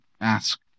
ask